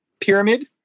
Pyramid